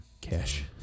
Cash